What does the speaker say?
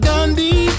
Gandhi